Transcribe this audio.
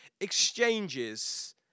exchanges